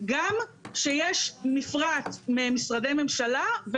גם כשיש מפרט משרדי ממשלה.